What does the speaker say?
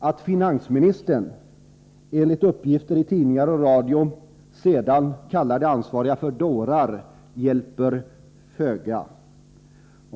Att finansministern enligt uppgifter i tidningar och radio sedan kallar de ansvariga för dårar hjälper föga.